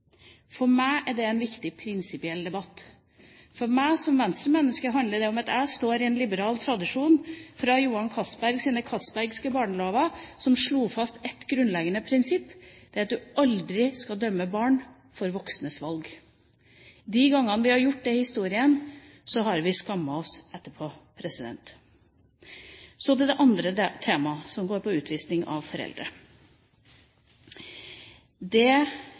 For meg er det en viktig prinsipiell debatt. For meg som Venstre-menneske handler det om at jeg står i en liberal tradisjon fra Johan Castbergs «castbergske barnelover», som slo fast ett grunnleggende prinsipp, at man aldri skal dømme barn for voksnes valg. De gangene vi har gjort det i historien, har vi skammet oss etterpå. Så til det andre temaet, som går på utvisning av foreldre.